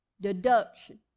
deduction